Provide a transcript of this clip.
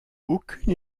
aucune